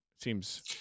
Seems